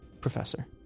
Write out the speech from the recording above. Professor